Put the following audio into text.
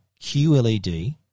QLED